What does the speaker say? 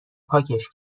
پاکش